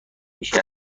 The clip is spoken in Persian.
میشی